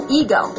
ego